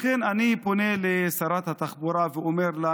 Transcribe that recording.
לכן אני פונה לשרת התחבורה ואומר לה,